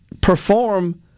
Perform